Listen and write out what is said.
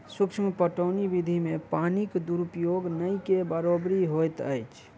सूक्ष्म पटौनी विधि मे पानिक दुरूपयोग नै के बरोबरि होइत अछि